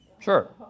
Sure